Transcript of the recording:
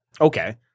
Okay